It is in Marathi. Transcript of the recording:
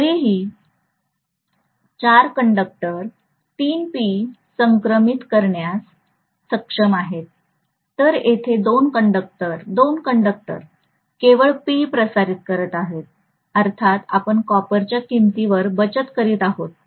तरीही चार कंडक्टर 3 P संक्रमित करण्यास सक्षम आहेत तर येथे दोन कंडक्टर दोन कंडक्टर केवळ P प्रसारित करीत आहेत अर्थात आपण कॉपर च्या किंमतीवर बचत करीत आहोत